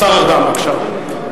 השר ארדן, בבקשה.